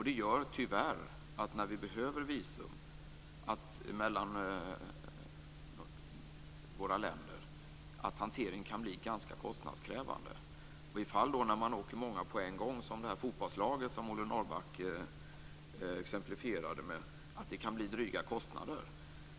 Det gör tyvärr att hanteringen kan bli ganska kostnadskrävande när vi behöver visum mellan våra länder. I fall där man åker många på en gång, som det här fotbollslaget som Ole Norrback exemplifierade med, kan det bli dryga kostnader.